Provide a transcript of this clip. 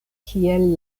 kiel